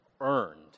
earned